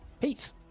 Pete